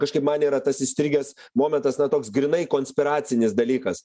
kažkaip man yra tas įstrigęs momentas na toks grynai konspiracinis dalykas